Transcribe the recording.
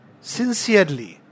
Sincerely